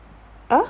!huh!